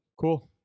Cool